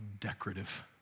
decorative